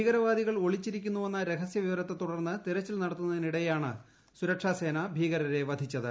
ഭീകരവാദികൾ ഒളിച്ചിരിക്കുന്നുവെന്ന രഹസ്യവിവരത്തെതുടർന്ന് തെരച്ചിൽ നടത്തുന്നതിനീട്ട്യാണ് സുരക്ഷാസേന ഭീകരരെ വധിച്ചത്